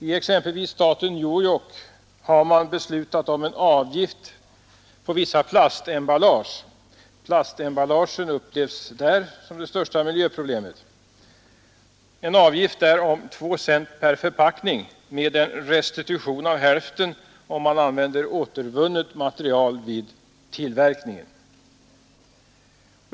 I exempelvis staten New York har man beslutat om en avgift på vissa plastemballage — plastemballagen upplevs där som det största miljöproblemet — på 2 cent per förpackning med en restitution av hälften, om en tillverkare använder återvunnet material vid tillverkningen.